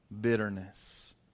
Bitterness